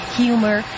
humor